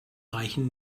reichen